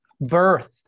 birth